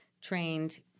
trained